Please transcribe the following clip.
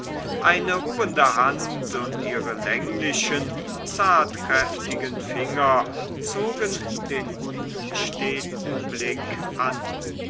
eine ruhende hand und ihre länglichen zartkräftigen finger zogen den unsteten blick an